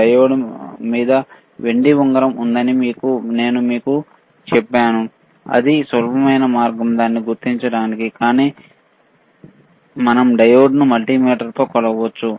diode మీద వెండి వలయాకారము ఉందని నేను మీకు చెప్పాను దానిని గుర్తించడానికి ఇది సులభమైన మార్గం కానీ మేము డయోడ్ను మల్టీమీటర్తో కొలవాలి